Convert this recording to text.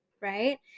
right